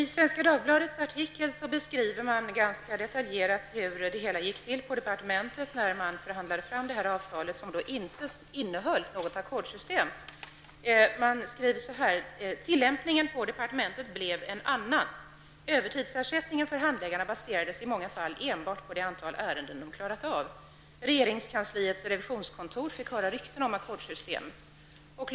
Herr talman! I en artikel i Svenska Dagbladet beskrivs ganska detaljerat hur det gick till på departementet när avtalet förhandlades fram som inte innehöll något ackordssystem. ''Tillämpningen på departementet blev en annan. Övertidsersättningen för handläggarna baserades i många fall enbart på det antal ärenden de klarat av. Regeringskansliets revisionskontor fick höra rykten om ackordssystemet.